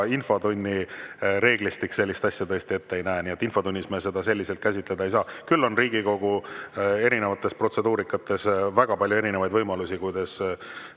Infotunni reeglistik sellist asja tõesti ette ei näe, nii et infotunnis me seda selliselt käsitleda ei saa. Küll on Riigikogu erinevates protseduurikates väga palju võimalusi, kuidas